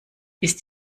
ist